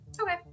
Okay